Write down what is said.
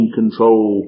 control